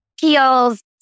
peels